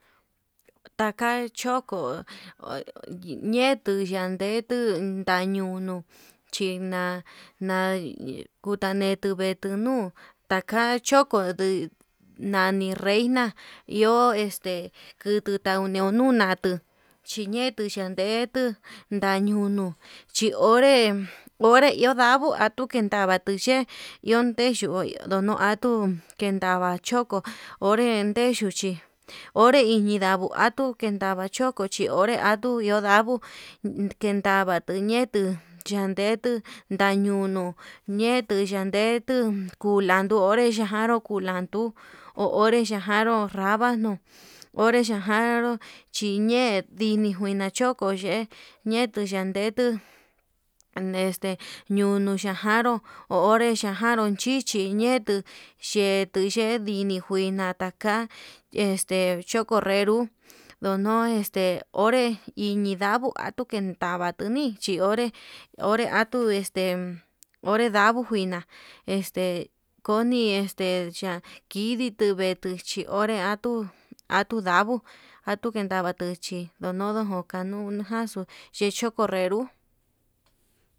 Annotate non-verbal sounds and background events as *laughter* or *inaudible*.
Taka choko ñetuu ndandetu, ndañunu china'a na'a kutavetu netuu nuu taka choko ndi nani reyna, iho este *hesitation* kiutu natuu nunatu chinetu yandetu ndañunu chí noré, onréna iho ndavuu nadute ndavatuu ye'e iho denxo'o ndonio atuu kendava choko onré dexhuchi onre iji ndavuu atuke ndava choko chi onre atuu, iho ndaboo kendavatu ñietuu chandetu ñañiunu ñe'e tuu yandetu kulando onré xhakanru kulandu uu onre xhakanru ravano onre xhakanru chiñe'e dini nguina xhoko ye'e ñetuu yandetu, na este ndiunuu tajanru ho onré xakanru chichi ñetu xhetuu ye'e ndini, njuna ka'a este choko nreró ndono este onré ndini ndavuu atun kendavatu nii chi onré, onre atuu este onre ndavo'o juina este koni este cha kidituu veetu chi onré atuu atuu ndavu atuu kendavatuu hí donono enda ngunaxu chi choko nrero.